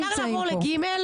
אפשר לעבור ל-ג'?